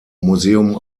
museum